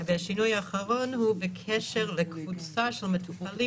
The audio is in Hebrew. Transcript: השינוי האחרון הוא בקשר לקבוצה של מטופלים